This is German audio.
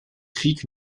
krieg